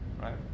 right